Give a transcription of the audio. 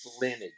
lineage